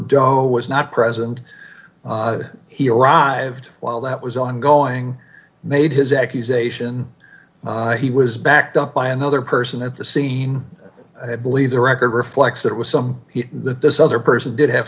who was not present he arrived while that was ongoing made his accusation he was backed up by another person at the scene i believe the record reflects that it was some that this other person did have